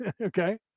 Okay